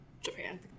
Japan